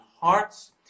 hearts